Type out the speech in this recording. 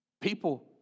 people